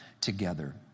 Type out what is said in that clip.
together